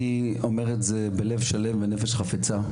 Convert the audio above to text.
אני אומר את זה בלב שלם, בנפש חפצה,